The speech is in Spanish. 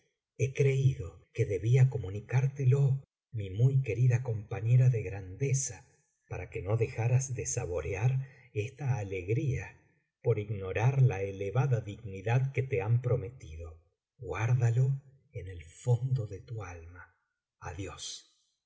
he creido que debia comunicártelo mi muy querida compañera de grandeza para que no dejaras de saborear esta alegría por ignorar la elevada dignidad que te han prometido guárdalo en el fondo de tu alma adiós